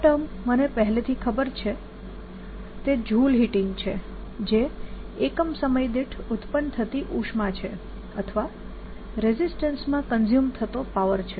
આ ટર્મ મને પહેલેથી ખબર છે તે જૂલ હિટીંગ છે જે એકમ સમય દીઠ ઉત્પન્ન થતી ઉષ્મા છે અથવા રેઝિસ્ટન્સમાં કન્ઝ્યુમ થતો પાવર છે